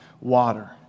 water